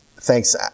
thanks